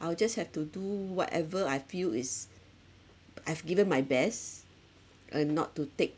I'll just have to do whatever I feel is I've given my best uh not to take